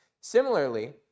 Similarly